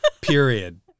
Period